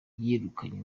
yirukanye